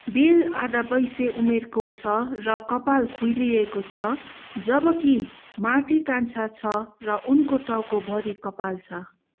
bill आधबैसे उमेरको छ र कपाल खुइलिएको छ जबकि मार्टी कान्छा छ र उनको टाउकोभरि कपाल छ